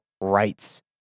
rights